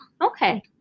okay